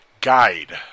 guide